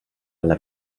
alla